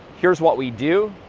here's what we do,